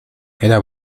era